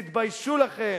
תתביישו לכם.